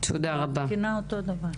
התקינה היא אותו דבר.